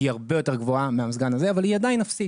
היא הרבה יותר גבוהה מהמזגן הזה אבל היא עדיין אפסית.